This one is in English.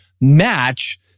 match